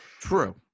true